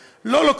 לא שומעים התקפות,